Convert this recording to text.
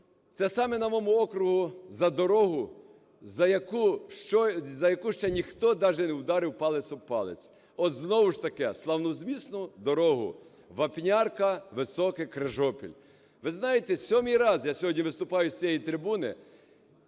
це саме на моєму окрузі, за дорогу, за яку ще ніхто даже вдарив палець об палець. От знову ж таки славнозвісну дорогу Вапнярка-Високе-Крижопіль. Ви знаєте сьомий раз я сьогодні виступаю з цієї трибуни,